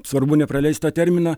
svarbu ne praleist tą terminą